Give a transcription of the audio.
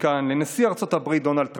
מכאן לנשיא ארצות הברית דונלד טראמפ,